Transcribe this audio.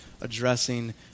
addressing